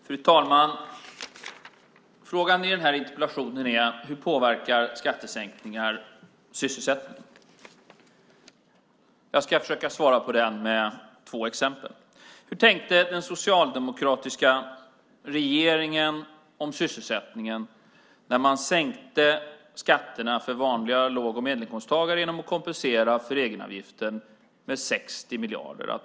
Fru talman! Frågan i interpellationen gäller hur skattesänkningar påverkar sysselsättningen. Jag ska försöka svara på frågan med två exempel. Hur tänkte den socialdemokratiska regeringen om sysselsättningen när man sänkte skatterna för vanliga låg och medelinkomsttagare genom att kompensera för egenavgiften med 60 miljarder?